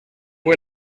fue